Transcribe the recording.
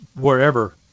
wherever